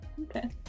Okay